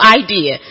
idea